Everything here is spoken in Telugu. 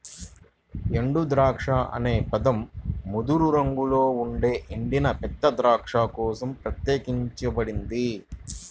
ఎండుద్రాక్ష అనే పదం ముదురు రంగులో ఉండే ఎండిన పెద్ద ద్రాక్ష కోసం ప్రత్యేకించబడింది